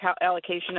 allocation